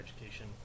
education